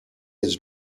his